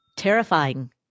terrifying